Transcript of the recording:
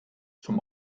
zum